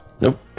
Nope